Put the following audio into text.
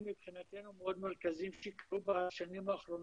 מבחינתנו מאוד מרכזיים שקרו בשנים האחרונות.